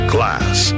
Class